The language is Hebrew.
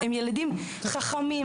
הם ילדים חכמים,